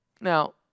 Now